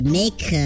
make